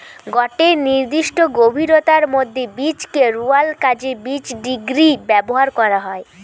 গটে নির্দিষ্ট গভীরতার মধ্যে বীজকে রুয়ার কাজে বীজড্রিল ব্যবহার করা হয়